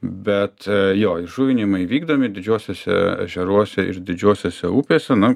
bet jo įžuvinimai vykdomi didžiuosiuose ežeruose ir didžiosiose upėse nu